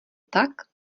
tak